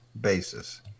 basis